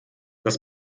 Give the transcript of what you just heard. dass